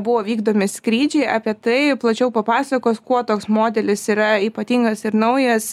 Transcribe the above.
buvo vykdomi skrydžiai apie tai plačiau papasakos kuo toks modelis yra ypatingas ir naujas